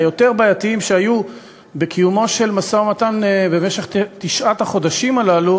היותר בעייתיים שהיו בקיומו של משא-ומתן במשך תשעת החודשים הללו